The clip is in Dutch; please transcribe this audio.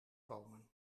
komen